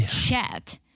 chat